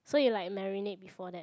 so you like marinate before that